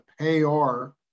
payor